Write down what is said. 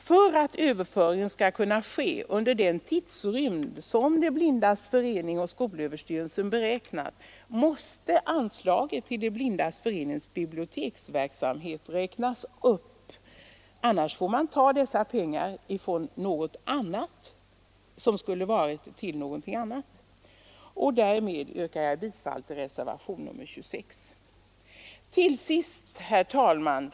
För att överföringen skall kunna ske under den tidsrymd som De blindas förening och skolöverstyrelsen beräknat måste anslaget till De blindas förenings biblioteksverksamhet räknas upp. Annars får man ta pengar som skulle ha använts till något annat. Därmed yrkar jag bifall till reservationen 26.